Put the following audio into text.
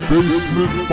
Basement